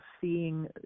seeing